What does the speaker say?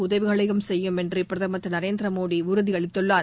உதவிகளையும் செய்யும் என்று பிரதமர் திரு நரேந்திர மோடி உறுதி அளித்துள்ளார்